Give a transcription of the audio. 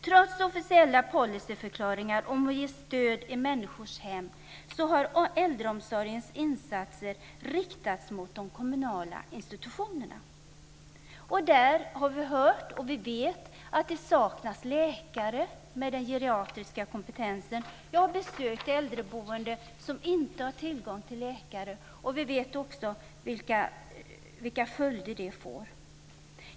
Trots officiella policyförklaringar om mer stöd i människors hem har äldreomsorgens insatser riktats mot de kommunala institutionerna. Där vet vi att det saknas läkare med geriatrisk kompetens. Jag har besökt äldreboende som inte har tillgång till läkare. Vi vet också vilka följder det får.